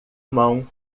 mão